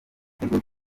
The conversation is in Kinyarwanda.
igitego